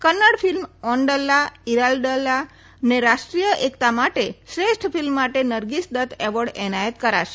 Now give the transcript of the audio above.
Kannada film Ondalla Eradalla ને રાષ્ટ્રીય એકતા માટે શ્રેષ્ઠ ફિલ્મ માટે નરગીસ દત્ત એવોર્ડ એનાયત કરાશે